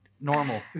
normal